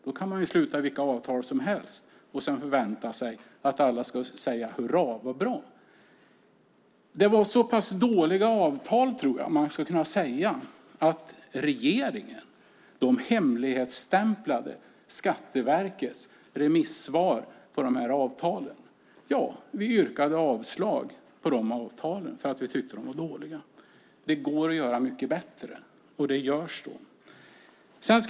Då kan man sluta vilka avtal som helst och sedan förvänta sig att alla ska säga: Hurra, vad bra! Det var så pass dåliga avtal att man kan säga att regeringen hemligstämplade Skatteverkets remissvar på avtalen. Ja, vi yrkade avslag på de avtalen eftersom vi tyckte att de var dåliga. De kan göras mycket bättre - och det görs.